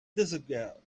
disregarded